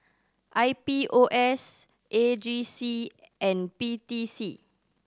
I P O S A G C and P T C